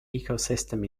ecosystem